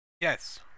yes